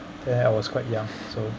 yeah I was quite young so